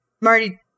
Marty